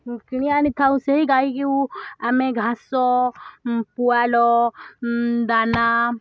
କିଣି ଆଣି ଥାଉ ସେହି ଗାଈକୁ ଆମେ ଘାସ ପୁଆଲ ଦାନା